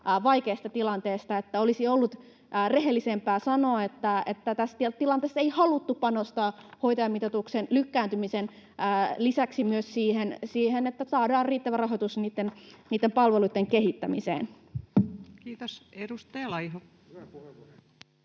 vaikeasta tilanteesta, että olisi ollut rehellisempää sanoa, että tässä tilanteessa ei haluttu panostaa hoitajamitoituksen lykkääntymisen lisäksi myös siihen, että saadaan riittävä rahoitus niitten palveluitten kehittämiseen. [Aki Lindén: Hyvä puheenvuoro!]